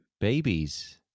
babies